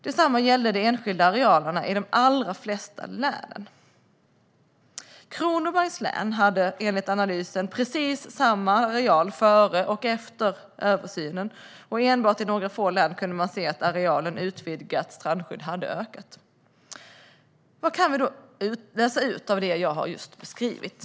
Detsamma gällde de enskilda arealerna i de allra flesta län. Kronobergs län hade enligt analysen precis samma areal före och efter översynen, och enbart i några få län kunde man se att arealen utvidgat strandskydd hade ökat. Vad kan vi då läsa ut av det jag just har beskrivit?